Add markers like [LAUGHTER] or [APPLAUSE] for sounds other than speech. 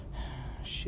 [BREATH] shit